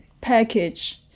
package